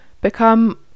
become